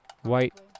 White